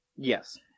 yes